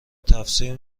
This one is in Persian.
تفسیر